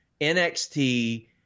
NXT